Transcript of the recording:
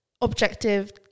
objective